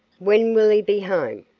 when will he be home?